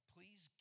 Please